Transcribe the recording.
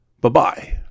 Bye-bye